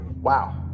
Wow